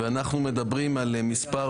ואנחנו מדברים על מספר